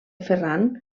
ferran